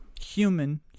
human